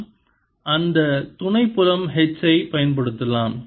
நாம் அந்த துணை புலம் H ஐ பயன்படுத்தலாம்